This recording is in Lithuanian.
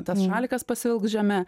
tas šalikas pasivilks žeme